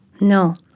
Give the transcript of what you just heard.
No